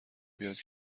بیاد